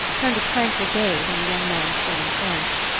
turned a tranquil gaze on the young man's burning face.